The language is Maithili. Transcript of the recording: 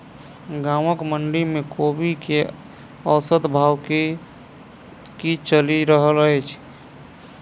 गाँवक मंडी मे कोबी केँ औसत भाव की चलि रहल अछि?